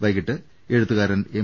വൈകീട്ട് എഴുത്തുകാരൻ എം